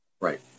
Right